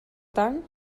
tant